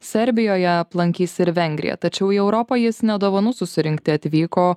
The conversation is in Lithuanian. serbijoje aplankys ir vengriją tačiau į europą jis ne dovanų susirinkti atvyko